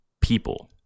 people